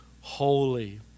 Holy